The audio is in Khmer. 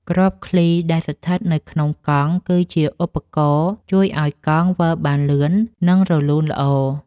គ្រាប់ឃ្លី ដែលស្ថិតនៅក្នុងកង់ គឺជាឧបករណ៍ជួយឱ្យកង់វិលបានលឿន និងរលូនល្អ។